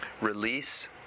release